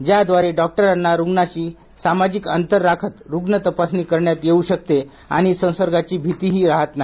ज्याद्वारे डॉक्टरांना रुग्णांशी सामाजिक अंतर राखत रुग्ण तपासणी करण्यात येऊ शकते आणि संसर्गाची भीती ही राहत नाही